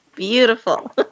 Beautiful